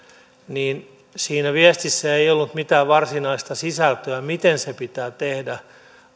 siinä viestissä ei ollut mitään varsinaista sisältöä miten se pitää tehdä